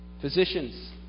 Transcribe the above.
physicians